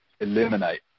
eliminate